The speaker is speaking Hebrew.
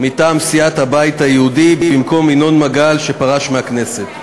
מטעם סיעת הבית היהודי: במקום ינון מגל שפרש מהכנסת,